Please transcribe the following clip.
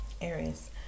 Aries